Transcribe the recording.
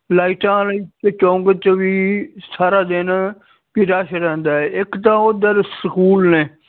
ਲਾਈਟਾਂ ਵਾਲੇ ਚੌਂਕ ਵਿੱਚ ਵੀ ਸਾਰਾ ਦਿਨ ਰਸ਼ ਰਹਿਦਾ ਏ ਇੱਕ ਤਾਂ ਉੱਧਰ ਸਕੂਲ ਨੇ